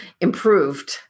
improved